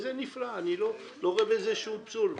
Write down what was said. וזה נפלא, אני לא רואה בזה שום פסול.